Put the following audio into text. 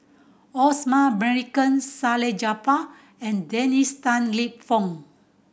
Osman Merican Salleh Japar and Dennis Tan Lip Fong